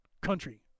country